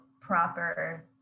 proper